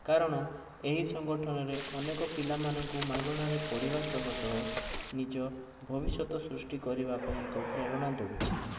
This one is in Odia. କାରଣ ଏହି ସଂଗଠନରେ ଅନେକ ପିଲାମାନଙ୍କୁ ମାଗଣାରେ ପଢ଼ିବା ସହ ସହ ନିଜ ଭବିଷ୍ୟତ ସୃଷ୍ଟି କରିବା ପାଇଁ ଏକ ପ୍ରେରଣା ଦେଉଛି